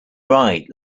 right